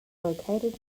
located